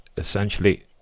Essentially